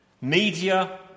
media